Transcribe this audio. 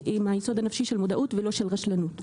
היסוד הנפשי של מודעות ולא של רשלנות.